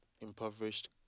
impoverished